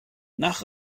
nach